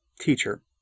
Teacher